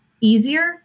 easier